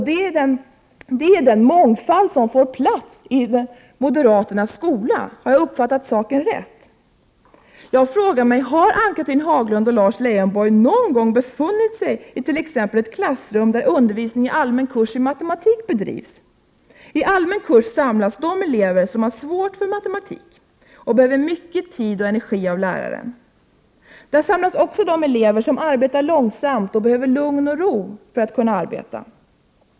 Detta är den mångfald som får plats i moderaternas skola. Har jag uppfattat saken rätt? Jag frågar mig om Ann-Cathrine Haglund och Lars Leijonborg någon gång befunnit sig i t.ex. ett klassrum där undervisning i allmän kurs i matematik bedrivs. I allmän kurs samlas de elever som har svårt för matematik och behöver mycket tid och energi av läraren. Där samlas också de elever som arbetar långsamt och behöver lugn och ro för att kunna arbeta.